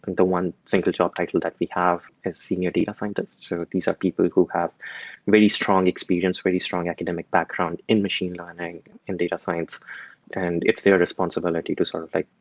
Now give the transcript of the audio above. the one single job title that we have is senior data finders. so these are people who have really strong experience, really strong academic background in machine learning and data science and it's their responsibility to sort of like,